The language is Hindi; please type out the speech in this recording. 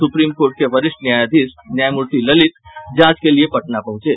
सुप्रीम कोर्ट के वरिष्ठ न्यायाधीश न्यायमूर्ति ललित जांच के लिये पटना पहुंचे